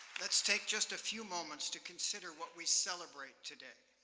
let's take just a few moments to consider what we celebrate today.